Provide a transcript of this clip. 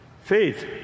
Faith